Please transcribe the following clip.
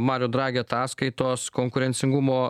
mario dragė ataskaitos konkurencingumo